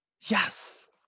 Yes